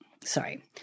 sorry